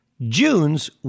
June's